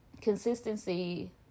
consistency